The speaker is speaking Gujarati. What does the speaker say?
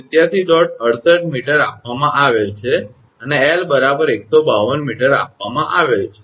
68 𝑚 આપવામાં આવેલ છે અને 𝐿 152 𝑚 આપવામાં આવેલ છે